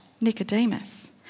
Nicodemus